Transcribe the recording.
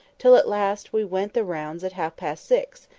till at last we went the rounds at half-past six,